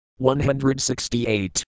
168